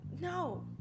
No